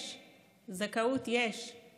יש, זכאות, יש.